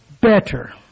better